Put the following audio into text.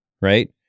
Right